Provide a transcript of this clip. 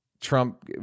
Trump